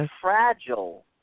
fragile